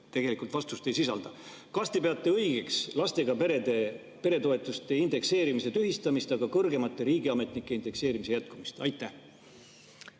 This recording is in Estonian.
tegelikult vastust ei sisalda. Kas te peate õigeks laste[rikaste] perede toetuse indekseerimise tühistamist, aga kõrgemate riigiametnike [palkade] indekseerimise jätkumist? Aitäh!